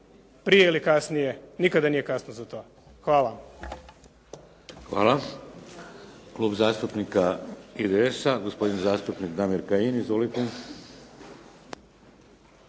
prije ili kasnije, nikada nije kasno za to. Hvala. **Šeks, Vladimir (HDZ)** Hvala. Klub zastupnika IDS-a, gospodin zastupnik Damir Kajin. Izvolite.